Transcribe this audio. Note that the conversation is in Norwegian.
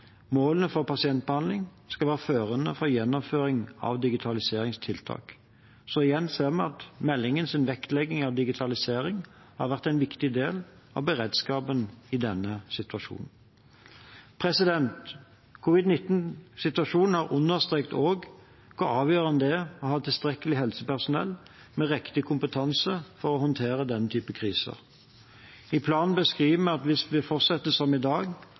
Målene for pasientbehandling skal være førende for gjennomføringen av digitaliseringstiltak. Igjen ser vi at meldingens vektlegging av digitalisering har vært en viktig del av beredskapen i denne situasjonen. Covid-19-situasjonen har også understreket hvor avgjørende det er å ha tilstrekkelig helsepersonell med riktig kompetanse for å håndtere denne typen kriser. I planen beskriver vi at hvis vi fortsetter som i dag,